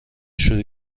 شروع